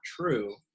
true